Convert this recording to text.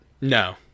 no